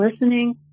listening